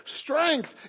Strength